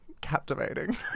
captivating